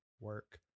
work